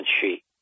sheet